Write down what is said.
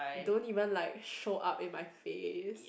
don't even like show up in my face